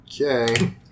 Okay